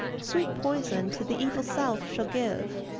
sweet poison to the evil self shall give,